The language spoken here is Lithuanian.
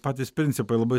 patys principai labai